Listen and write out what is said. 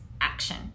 action